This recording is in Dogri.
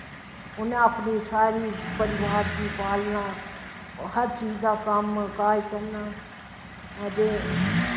उनैं अपनें सारे परिवार गी पालनां हर चीज़ दा कम्म काज़ करनां ते